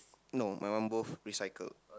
no my one both recycle